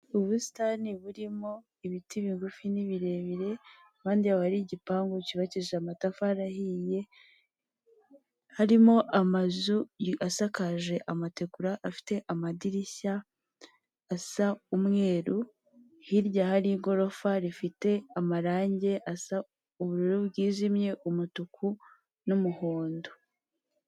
Ubusitani burimo ibiti bigufi n'ibirebire impande yaho hari igipangu cyubakije amatafari ahiye, harimo amazu asakaje amategura afite amadirishya asa umweru hirya hari igorofa rifite amarange asa ubururu bwijimye umutuku n'umuhondo.